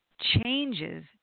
changes